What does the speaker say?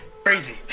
Crazy